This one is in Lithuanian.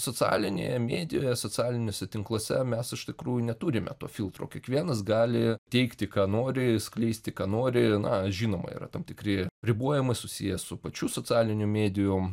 socialinėje medijoje socialiniuose tinkluose mes iš tikrųjų neturime to filtro kiekvienas gali teikti ką nori skleisti ką nori na žinoma yra tam tikri ribojimai susiję su pačių socialinių medijų